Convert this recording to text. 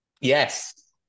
Yes